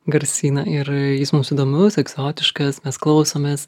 garsyną ir jis mums įdomus egzotiškas mes klausomės